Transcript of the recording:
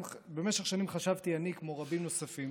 במשך שנים חשבתי אני כמו רבים נוספים